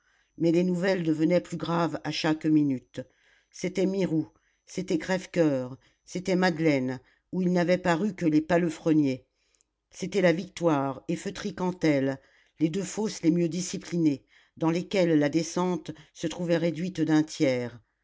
mais les nouvelles devenaient plus graves à chaque minute c'était mirou c'était crèvecoeur c'était madeleine où il n'avait paru que les palefreniers c'étaient la victoire et feutry cantel les deux fosses les mieux disciplinées dans lesquelles la descente se trouvait réduite d'un tiers